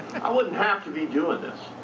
i wouldn't have to be doing this.